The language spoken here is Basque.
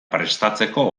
prestatzeko